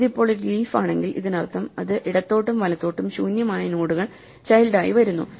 ഇത് ഇപ്പോൾ ഒരു ലീഫ് ആണെങ്കിൽ ഇതിനർത്ഥം ഇത് ഇടത്തോട്ടും വലത്തോട്ടും ശൂന്യമായ നോഡുകൾ ചൈൽഡ് ആയി വരുന്നു